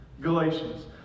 Galatians